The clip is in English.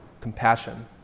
compassion